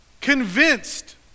convinced